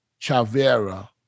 Chavera